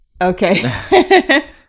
Okay